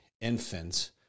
infants